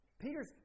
Peter's